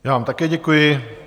Já vám také děkuji.